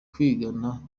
kwigana